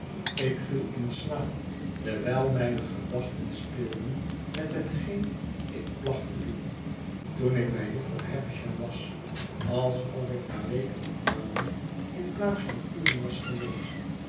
ik viel in slaap terwijl mijne gedachten speelden met hetgeen ik plachttedoen toen ikbij jufvrouw havisham was alsof ik daar weken of maanden in plaats van uren was geweest